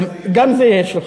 גם זה יהיה שלך.